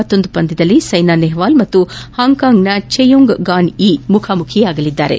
ಮತ್ತೊಂದು ಪಂದ್ಯದಲ್ಲಿ ಸೈನಾ ನೆಹ್ವಾಲ್ ಮತ್ತು ಹಾಂಕಾಂಗ್ನ ಚೆಯುಂಗ್ ಗಾನ್ ಯಿ ಮುಖಾಮುಖಿಯಾಗಲಿದ್ದಾರೆ